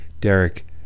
Derek